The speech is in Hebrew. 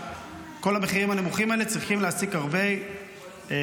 כל המחירים הנמוכים האלה צריכים להעסיק הרבה מנויים,